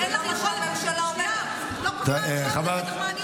העבירה של פריצה לרכב או פריצה לדירה היא חמש עד שבע שנים.